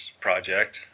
project